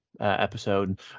Episode